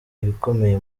ibikomeye